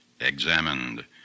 examined